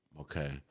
Okay